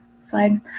slide